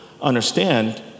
understand